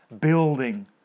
building